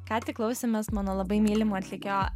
ką tik klausėmės mano labai mylimo atlikėjo